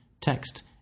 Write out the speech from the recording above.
text